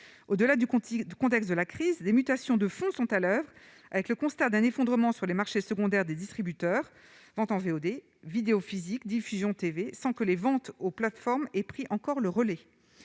contenu du contexte de la crise des mutations de fonds sont à l'oeuvre avec le constat d'un effondrement sur le marché secondaire des distributeurs en VOD vidéo physique diffusion TV sans que les ventes aux plateformes et pris encore le relais,